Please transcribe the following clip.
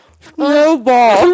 Snowball